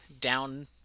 down